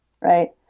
right